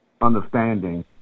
understanding